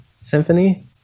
Symphony